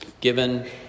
given